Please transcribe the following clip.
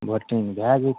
voting भए जेतै तोहर